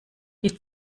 die